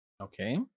Okay